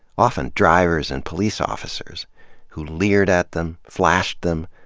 often drivers and police officers who leered at them, flashed them,